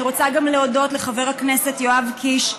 אני רוצה להודות גם לחבר הכנסת יואב קיש,